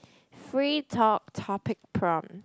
free talk topic from